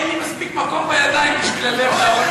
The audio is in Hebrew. אין לי מספיק מקום בידיים בשביל הלב להראות